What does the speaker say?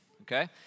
okay